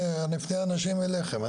אני אפנה אנשים אליכם.